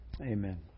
Amen